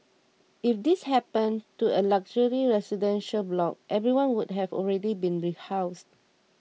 if this happened to a luxury residential block everyone would have already been rehoused